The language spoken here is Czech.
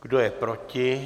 Kdo je proti?